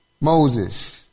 Moses